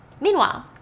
Meanwhile